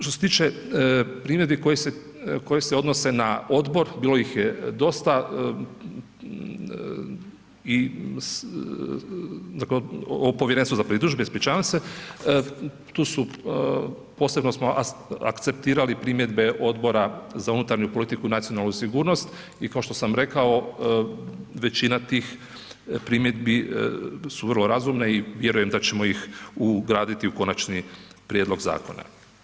Što se tiče primjedbi koje se odnose na odbor, bilo ih je dosta i dakle, povjerenstvo za pritužbe, ispričavam se, tu su, posebno smo akcentirali primjedbe Odbora za unutarnju politiku i nacionalnu sigurnost i kao što sam rekao, većina tih primjedbi su vrlu razumne i vjerujem da ćemo ih ugraditi u konačan prijedlog zakona.